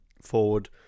forward